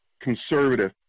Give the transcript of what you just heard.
conservative